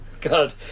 God